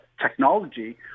technology